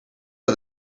are